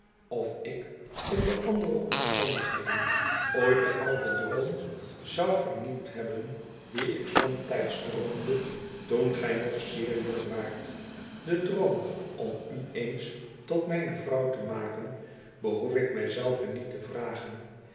of ik onder andere omstandigheden ooit den ouden droom zou vernieuwd hebben dien ik somtijds droomde toen gij nog zeer jong waart den droom om u eens tot mijne vrouw te maken behoef ik mij zelven niet te vragen